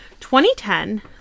2010